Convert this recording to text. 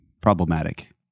problematic